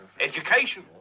education